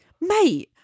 Mate